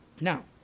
Now